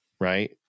right